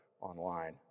online